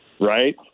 right